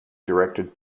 directed